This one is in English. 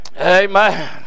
Amen